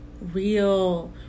real